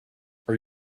are